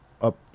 up